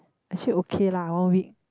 actually okay lah one week